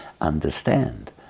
understand